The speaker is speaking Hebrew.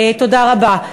תודה רבה.